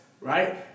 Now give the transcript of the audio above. right